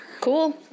Cool